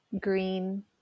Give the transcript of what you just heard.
green